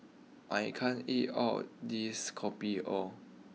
I can't eat all this Kopi O